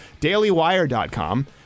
dailywire.com